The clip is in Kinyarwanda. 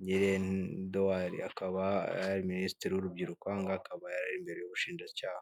Ngirente Eduard, akaba yari Minisitiri w'urubyiruko aha ngaha akaba yari ari imbere y'ubushinjacyaha.